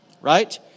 Right